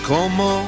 Como